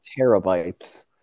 terabytes